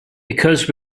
because